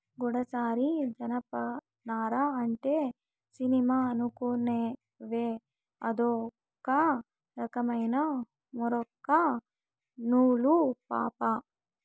గూడసారి జనపనార అంటే సినిమా అనుకునేవ్ అదొక రకమైన మూరొక్క నూలు పాపా